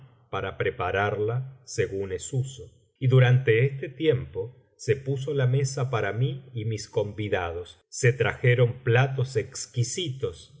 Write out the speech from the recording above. para prepararla según es uso y durante este tiempo se puso la mesa para mí v mis convidados se trajeron platos exquisitos